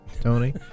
Tony